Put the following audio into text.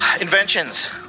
Inventions